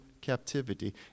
captivity